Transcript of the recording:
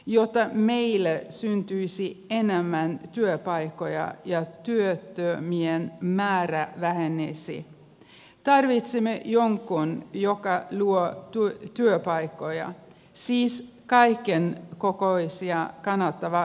jotta meille syntyisi enemmän työpaikkoja ja työttömien määrä vähenisi tarvitsemme jonkun joka luo työpaikkoja siis kaiken kokoisia kannattavia yrityksiä